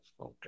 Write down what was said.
okay